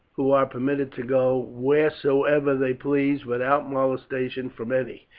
who are permitted to go wheresoever they please, without molestation from any.